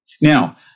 Now